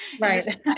Right